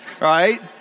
right